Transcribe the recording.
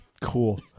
cool